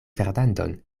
fernandon